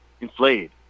inflated